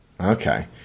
okay